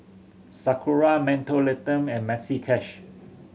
Sakura Mentholatum and Maxi Cash